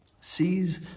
sees